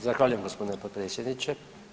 Zahvaljujem gospodine potpredsjedniče.